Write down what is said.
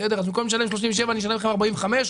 אז במקום לשלם 37 שקלים אשלם 45 שקלים,